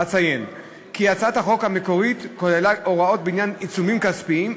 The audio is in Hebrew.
אציין כי הצעת החוק המקורית כללה הוראות בעניין עיצומים כספיים,